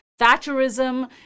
Thatcherism